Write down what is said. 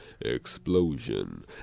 Explosion